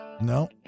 No